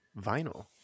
vinyl